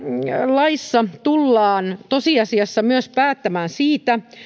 laissa tullaan tosiasiassa myös päättämään siitä